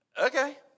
okay